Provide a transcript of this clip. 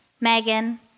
Megan